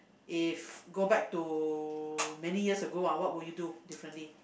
if go back to many years ago ah what would you do differently